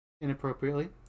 inappropriately